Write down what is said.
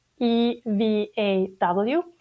EVAW